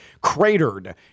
cratered